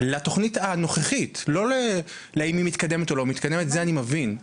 לתוכנית הנוכחית ולא להאם היא מתקדמת או לא מתקדמת את זה אני מבין.